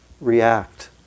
react